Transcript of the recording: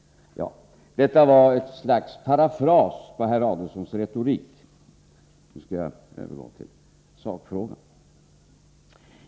Detta var ett slags parafras på herr Adelsohns retorik. Nu till sakfrågan.